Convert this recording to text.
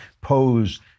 pose